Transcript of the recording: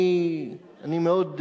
אני מאוד,